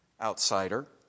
outsider